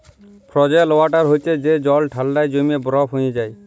frozen water হছে যে জল ঠাল্ডায় জইমে বরফ হঁয়ে যায়